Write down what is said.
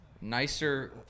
nicer